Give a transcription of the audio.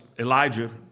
Elijah